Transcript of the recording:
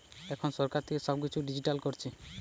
এখন সরকার থেকে সব কিছু ডিজিটাল করছে